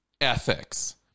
ethics